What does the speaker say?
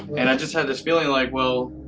and i just had this feeling like well